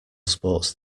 sports